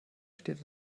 steht